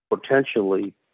potentially